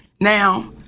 Now